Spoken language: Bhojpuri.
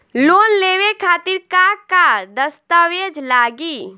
लोन लेवे खातिर का का दस्तावेज लागी?